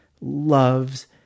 loves